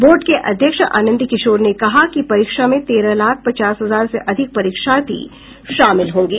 board के अध्यक्ष आनंद किशोर ने कहा कि परीक्षा में तेरह लाख पचास हजार से अधिक परीक्षार्थी शामिल होंगे